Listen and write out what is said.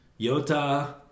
Yota